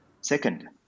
Second